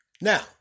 Now